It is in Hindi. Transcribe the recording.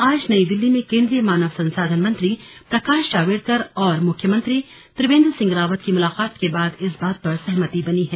आज नई दिल्ली में केंद्रीय मानव संसाधन मंत्री प्रकाश जावड़ेकर और मुख्यमंत्री त्रिवेन्द्र सिंह रावत की मुलाकात के बाद इस बात पर सहमति बनी है